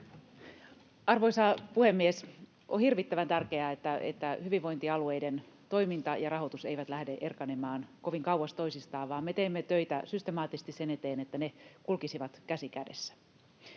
Arvoisa puhemies! On hirvittävän tärkeää, että hyvinvointialueiden toiminta ja rahoitus eivät lähde erkanemaan kovin kauas toisistaan, vaan me teemme töitä systemaattisesti sen eteen, että ne kulkisivat käsi kädessä.